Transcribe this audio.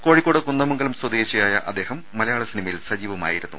കോഴിക്കോട് കുന്ദമംഗലം സ്വദേശിയായ അദ്ദേഹം മലയാള സിനിമയിൽ സജീവമായിരുന്നു